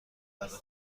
برا